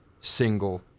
single